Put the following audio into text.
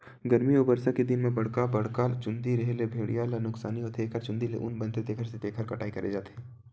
गरमी अउ बरसा के दिन म बड़का बड़का चूंदी रेहे ले भेड़िया ल नुकसानी होथे एखर चूंदी ले ऊन बनथे तेखर सेती एखर कटई करे जाथे